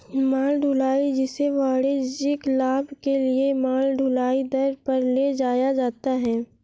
माल ढुलाई, जिसे वाणिज्यिक लाभ के लिए माल ढुलाई दर पर ले जाया जाता है